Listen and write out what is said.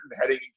heading